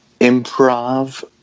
improv